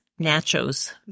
Nachos